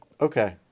Okay